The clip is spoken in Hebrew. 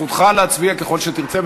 זכותך להצביע ככל שתרצה.